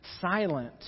silent